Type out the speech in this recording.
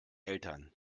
eltern